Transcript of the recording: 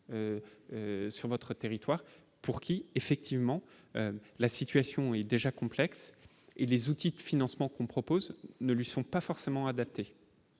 sur votre territoire pour qui, effectivement, la situation est déjà complexe et des outils de financement qu'on propose ne lui sont pas forcément adaptées.